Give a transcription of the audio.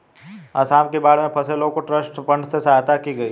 आसाम की बाढ़ में फंसे लोगों की ट्रस्ट फंड से सहायता की गई